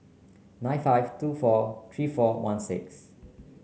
nine five two four three four one six